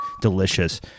delicious